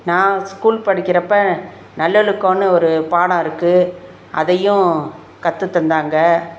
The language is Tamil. நான் ஸ்கூல் படிக்கிறப்போ நல்லொழுக்கோனு ஒரு பாடம் இருக்குது அதையும் கற்றுத் தந்தாங்க